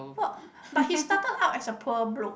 what but he started up as a pure broke